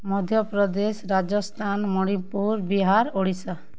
Madhya Pradesh Rajasthan Manipur Bihar Odisha